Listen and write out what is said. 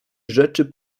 rzeczy